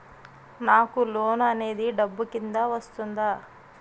నాకు లోన్ అనేది డబ్బు కిందా వస్తుందా?